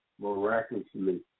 miraculously